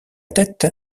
tête